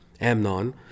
Amnon